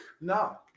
No